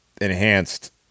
enhanced